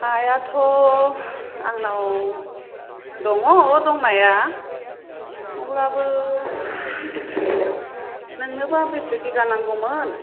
हायाथ' आंनाव दङ दंनाया अब्लाबो नोंनोबा बेसे बिगा नांगौमोन